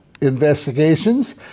investigations